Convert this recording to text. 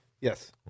Yes